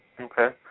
Okay